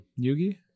Yugi